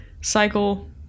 cycle